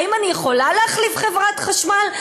האם אני יכולה להחליף חברת חשמל?